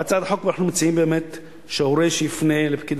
בהצעת החוק אנחנו מציעים באמת שהורה שיפנה לפקיד